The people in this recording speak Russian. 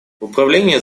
управление